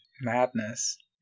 Madness